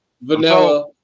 vanilla